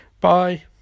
bye